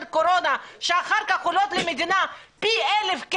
קורונה שאחר כך עולות למדינה פי 1,000,